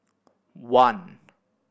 one